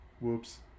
Whoops